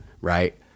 right